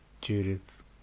Judith